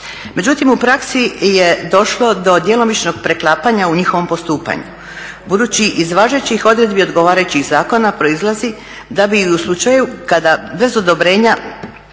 Međutim u praksi je došlo do djelomičnog preklapanja u njihovom postupanju. Budući iz važećih odredbi odgovarajućih zakona proizlazi da bi i u slučaju kada se ustanovi